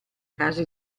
casa